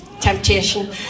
temptation